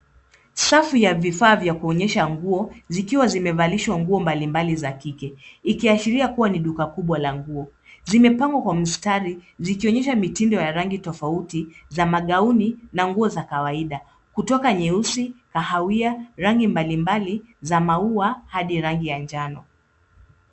Safu ya vifaa vya kuonyesha nguo zikiwa zimevalishwa nguo mbalimbali za kike ikiashiria kuwa ni duka kubwa la nguo. Zimepangwa kwa mstari zikionyesha mitindo ya rangi tofauti za magauni na nguo za kawaida kutoka nyeusi, kahawia ,rangi mbalimbali za maua hadi rangi ya njano.